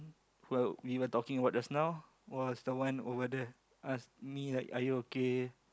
who are we were talking about just now was the one over the ask me like are you okay